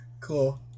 cool